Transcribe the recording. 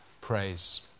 praise